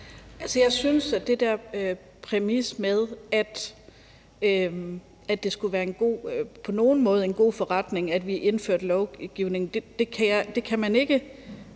Jeg synes, at den der præmis med, at det på nogen måde skulle være en god forretning, at vi indførte lovgivning, synes jeg ikke